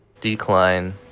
decline